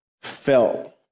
felt